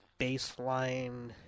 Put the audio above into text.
baseline